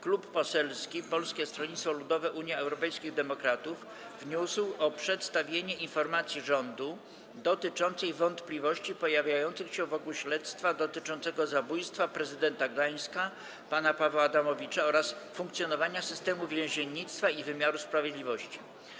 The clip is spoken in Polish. Klub Poselski Polskiego Stronnictwa Ludowego - Unii Europejskich Demokratów wniósł o przedstawienie informacji rządu dotyczącej wątpliwości pojawiających się wokół śledztwa dotyczącego zabójstwa prezydenta Gdańska pana Pawła Adamowicza oraz funkcjonowania systemu więziennictwa i wymiaru sprawiedliwości.